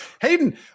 Hayden